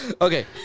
Okay